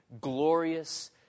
glorious